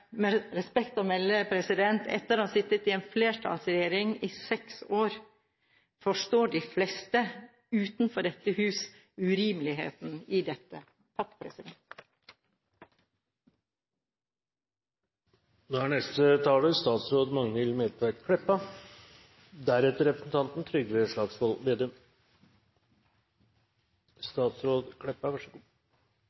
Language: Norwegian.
Med respekt å melde: Etter å ha sittet med en flertallsregjering i seks år forstår de fleste utenfor dette hus urimeligheten i dette.